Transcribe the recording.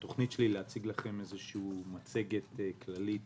התוכנית שלי להציג לכם מצגת כללית